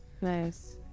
Nice